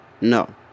No